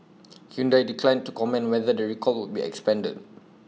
Hyundai declined to comment on whether the recall would be expanded